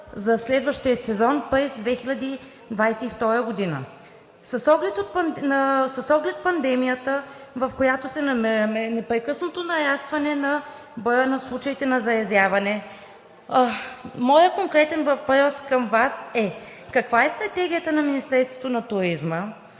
за следващия сезон през 2022 г. С оглед пандемията, в която се намираме, непрекъснато нарастване на броя на случаите на заразяване, моят конкретен въпрос към Вас е: каква е стратегията на Министерството на туризма